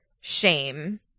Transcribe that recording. shame